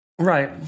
Right